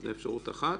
זו אפשרות אחת.